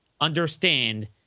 understand